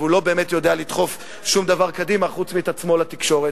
והוא לא באמת יודע לדחוף קדימה שום דבר חוץ מאת עצמו לתקשורת.